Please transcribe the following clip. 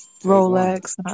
Rolex